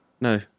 No